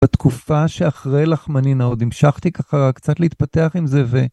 בתקופה שאחרי לחמנינה, עוד המשכתי ככה קצת להתפתח עם זה ו...